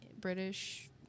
British